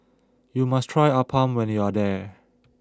you must try Appam when you are there